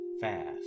fast